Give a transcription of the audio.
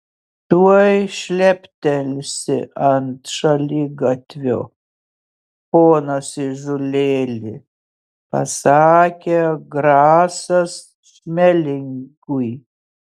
tuoj šleptelsi ant šaligatvio ponas įžūlėli pasakė grasas šmelingui